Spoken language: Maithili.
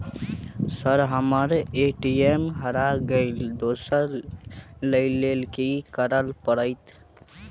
सर हम्मर ए.टी.एम हरा गइलए दोसर लईलैल की करऽ परतै?